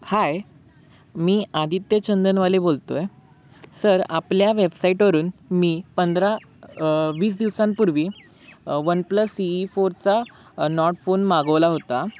हाय मी आदित्य चंदनवाले बोलतो आहे सर आपल्या वेबसाईटवरून मी पंधरा वीस दिवसांपूर्वी वन प्लस सी ई फोरचा नॉड फोन मागवला होता